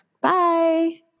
bye